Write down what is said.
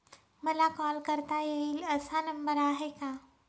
मला कॉल करता येईल असा नंबर आहे का?